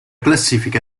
classifica